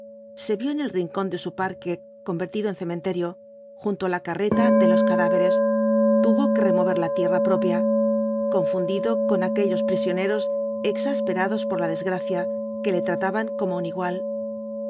se vio en el rincón de su parque convertido en cementerio junto á la carreta de los cadáveres tuvo que remover la tierra propia confundido con aquellos prisioneros exasperados por la desgracia que le trataban como un igual